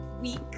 week